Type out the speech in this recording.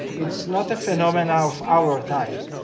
it's not a phenomena of our times.